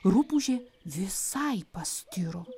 rupūžė visai pastiro